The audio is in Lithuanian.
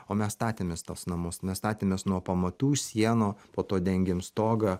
o mes statėmės tuos namus mes statėmės nuo pamatų sienų po to dengėm stogą